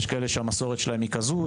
יש כאלה שהמסורת שלהם היא כזו,